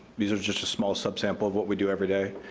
these are just a small sub-sample of what we do every day.